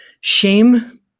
shame